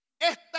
Esta